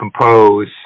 compose